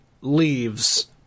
Leaves